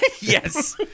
Yes